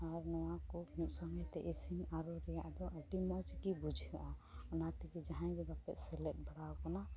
ᱟᱨ ᱱᱚᱣᱟᱠᱚ ᱢᱤᱫ ᱥᱚᱸᱜᱮᱛᱮ ᱤᱥᱤᱱᱼᱟᱹᱨᱩ ᱨᱮᱭᱟᱜᱫᱚ ᱟᱹᱰᱤ ᱢᱚᱡᱽᱜᱮ ᱵᱩᱡᱷᱟᱹᱜᱼᱟ ᱚᱱᱟᱛᱮᱜᱮ ᱡᱟᱦᱟᱸᱭ ᱠᱚᱫᱚᱯᱮ ᱥᱮᱞᱮᱫ ᱵᱟᱲᱟ ᱟᱠᱟᱱᱟ